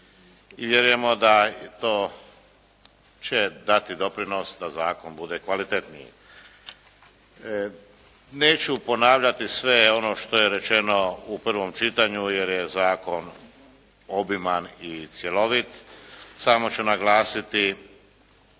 i vjerujemo da i to će dati doprinos da zakon bude kvalitetniji. Neću ponavljati sve ono što je rečeno u prvom čitanju jer je zakon obiman i cjelovit samo ću naglasiti